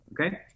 okay